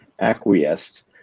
acquiesced